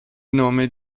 nome